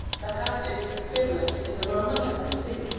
that has its equivalent in the roman letter c.